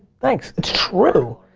thanks, it's true.